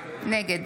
נגד